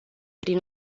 prin